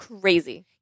crazy